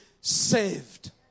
saved